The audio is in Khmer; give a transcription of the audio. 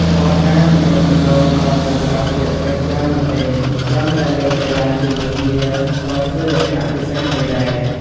រាល់ការទំនាក់ទំនងដោយពុំប្រើពាក្យពេចន៍ច្រើននោះទេ គ្រាន់តែលេងកីឡាជាមួយគ្នា ក៏ជាលក្ខណៈពិសេសមួយដែរ។